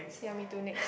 ya me too next